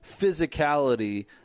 physicality